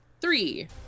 Three